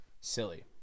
Silly